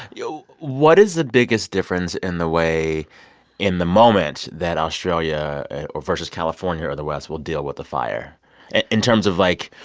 you know what is the biggest difference in the way in the moment that australia versus california or the west will deal with the fire and in terms of, like,